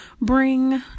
bring